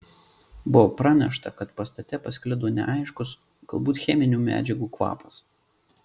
buvo pranešta kad pastate pasklido neaiškus galbūt cheminių medžiagų kvapas